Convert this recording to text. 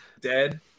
dead